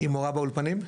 מורה באולפנים?